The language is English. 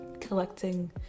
collecting